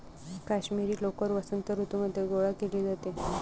काश्मिरी लोकर वसंत ऋतूमध्ये गोळा केली जाते